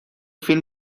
فیلم